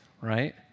right